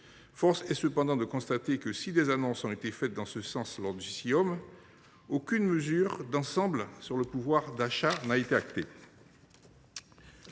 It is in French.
Force est cependant de constater que, si des annonces ont été faites en ce sens lors du Ciom, aucune mesure d’ensemble sur le pouvoir d’achat n’a été actée.